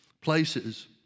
places